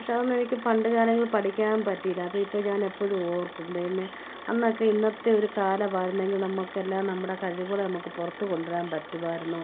പക്ഷേ അതൊന്നെനിക്ക് പണ്ട് കാലങ്ങളിൽ പഠിക്കാൻ പറ്റിയില്ല അപ്പോൾ ഇപ്പോൾ ഞാനെപ്പോഴും ഓർക്കും ദൈവമേ അന്നൊക്കെ ഇന്നത്തെ ഒരു കാലമായിരുന്നെങ്കിൽ നമ്മൾക്കെല്ലാം നമ്മുടെ കഴിവുകളെ നമുക്ക് പുറത്ത് കൊണ്ടുവരാൻ പറ്റുമായിരുന്നു